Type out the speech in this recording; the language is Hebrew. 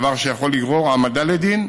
דבר שיכול לגרור העמדה לדין,